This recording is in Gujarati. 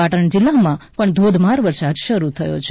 પાટણ જીલ્લામાં પણ ધોધમાર વરસાદ શરૂ થયો છે